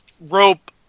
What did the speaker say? rope